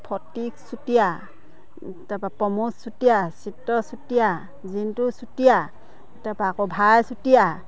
ফটিক চুতীয়া তাৰ পৰা প্ৰমোদ চুতীয়া চিত্ৰ চুতীয়া জিন্তু চুতীয়া তাৰ পৰা আকৌ ভাই চুতীয়া